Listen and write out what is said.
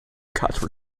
quatre